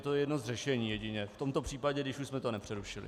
Je to jedno z řešení jedině v tomto případě, když už jsme to nepřerušili.